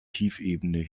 tiefebene